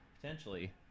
potentially